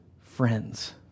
friends